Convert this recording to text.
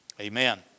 Amen